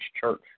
Church